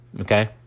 okay